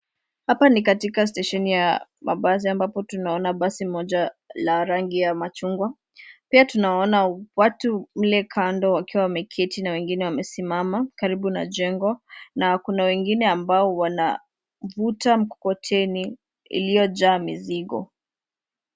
Hapa ni katika stesheni ya mabasai ambapo tunaona basi moja la rangi ya machungwa. Pia tunawaona watu mle kando wakiwa wameketi na wengine wamesimama karibu na jengo na kuna wengine ambao wanavuta mkokoteni iliyojaa mizigo.